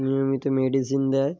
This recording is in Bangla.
নিয়মিত মেডিসিন দেয়